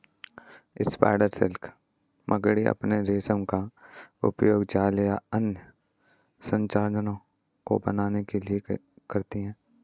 spider silk मकड़ी अपने रेशम का उपयोग जाले या अन्य संरचनाओं को बनाने के लिए करती हैं